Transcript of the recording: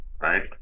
Right